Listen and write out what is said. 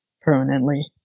permanently